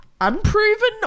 unproven